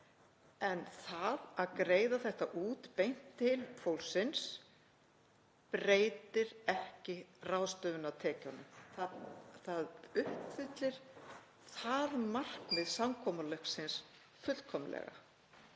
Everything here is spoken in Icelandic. En það að greiða þetta út beint til fólksins breytir ekki ráðstöfunartekjunum. Það uppfyllir markmið samkomulagsins fullkomlega.